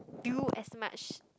do as much